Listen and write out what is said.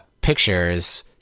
pictures